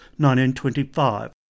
1925